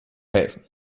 helfen